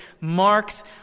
marks